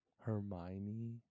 Hermione